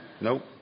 Nope